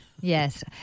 Yes